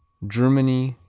germany,